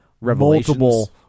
Multiple